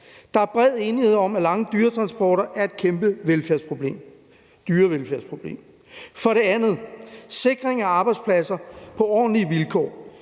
Der er bred enighed om, at lange dyretransporter er et kæmpe dyrevelfærdsproblem. For det andet handler det om sikring af arbejdspladser på ordentlige vilkår.